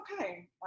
okay